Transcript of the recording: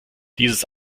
dieses